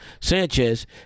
Sanchez